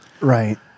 Right